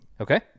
Okay